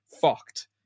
fucked